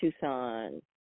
Tucson